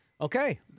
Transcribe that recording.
Okay